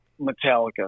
Metallica